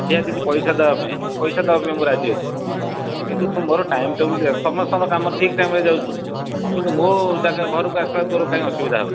ଅଧିକା କିଛି ପଇସା ଦେବା ପାଇଁ ପଇସା ଦେବା ପାଇଁ ମୁଁ ରାଜି ଅଛି କିନ୍ତୁ ତୁ ମୋର ଟାଇମ୍ ଟେବୁଲ୍ରେ ଆସେ ସମସ୍ତଙ୍କ କାମ ଠିକ୍ ଟାଇମ୍ରେ ଯାଉଛୁ କିନ୍ତୁ ମୋ ଜାଗା ଘରକୁ ଆସିଲା ବେଳକୁ ତୋର କାଇଁ ଅସୁବିଧା ହେଉଛି